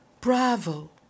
Bravo